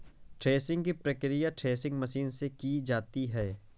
threshing की प्रकिया threshing machine से की जाती है